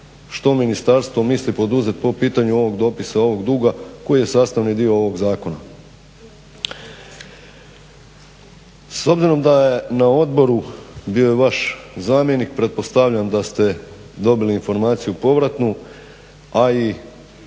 što ministarstvo misli poduzeti po pitanju ovog dopisa ovog duga koji je sastavni dio ovog zakona. S obzirom da je na odboru bio vaš zamjenik, pretpostavljam da ste dobili informaciju povratnu, a i